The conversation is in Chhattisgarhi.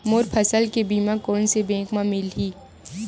मोर फसल के बीमा कोन से बैंक म मिलही?